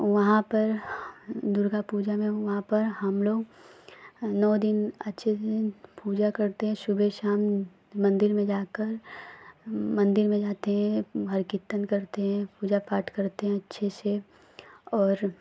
वहाँ पर दुर्गा पूजा में वहाँ पर हमलोग नौ दिन अच्छे से पूजा करते हैं सुबह शाम मन्दिर में जाकर मन्दिर में जाते हैं हर कीर्तन करते हैं पूजा पाठ करते हैं अच्छे से और